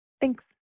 Thanks